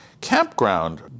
campground